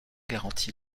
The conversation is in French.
garanti